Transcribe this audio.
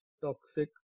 toxic